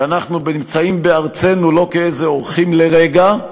שאנחנו נמצאים בארצנו לא כאורחים לרגע,